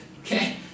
okay